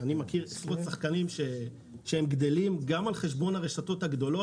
אני מכיר עשרות שחקנים שגדלים גם על חשבון הרשתות הגדולות.